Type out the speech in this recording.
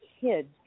kids